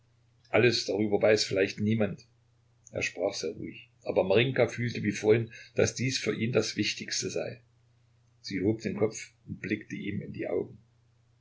alles darüber weiß vielleicht niemand er sprach sehr ruhig aber marinjka fühlte wie vorhin daß dies für ihn das wichtigste sei sie hob den kopf und blickte ihm in die augen